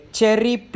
Cherry